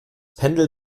pendel